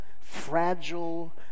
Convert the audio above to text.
fragile